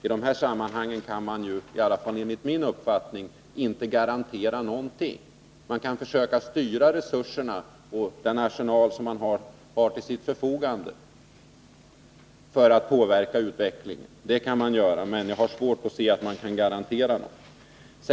I de här sammanhangen kan man ju — i varje fall enligt min uppfattning — inte garantera någonting. Man kan försöka styra resurserna och den arsenal som man har till sitt förfogande för att påverka utvecklingen, men jag har svårt att se att man kan garantera någonting.